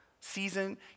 season